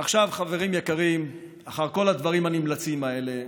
ועכשיו, חברים יקרים, אחר כל הדברים הנמלצים האלה,